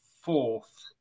fourth